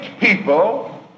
people